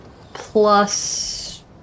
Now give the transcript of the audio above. Plus